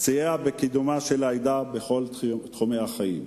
סייע בקידומה של העדה בכל תחומי החיים,